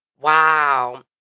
Wow